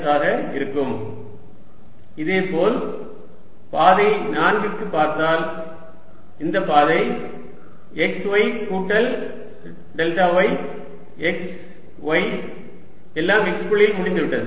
dl|3 ExX ExxyX Ex∂yYX இதேபோல் பாதை 4 க்கு பார்த்தால் இந்த பாதை x y கூட்டல் டெல்டா y x y எல்லாம் x புள்ளியில் முடிந்துவிட்டது